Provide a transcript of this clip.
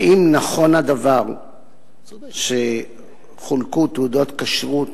האם נכון הדבר שחולקו תעודות כשרות